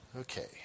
Okay